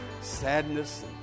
sadness